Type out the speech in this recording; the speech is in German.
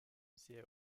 sehr